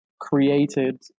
created